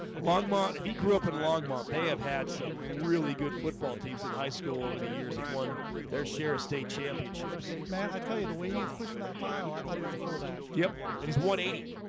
longmont if he grew up in longmont, they have had some really good football teams in high school over the years they've won their share of state championships, man. i tell you the way he's pushing that pile. i thought he was a fullback yep, and he's one hundred and eighty,